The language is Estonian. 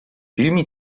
filmi